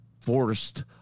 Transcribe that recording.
forced